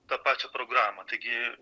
tą pačią programą taigi